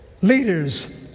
leaders